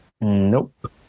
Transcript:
Nope